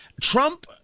Trump